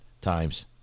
times